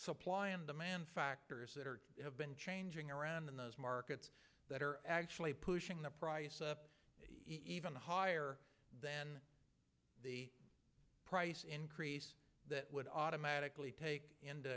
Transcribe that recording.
supply and demand factors that have been changing around in those markets that are actually pushing the price up even higher than the price increase that would automatically take